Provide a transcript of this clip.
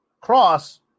Cross